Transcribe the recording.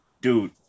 dude